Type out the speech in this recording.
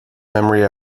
memory